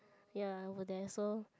ya work there so